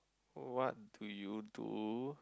what do you do